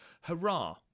Hurrah